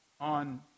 on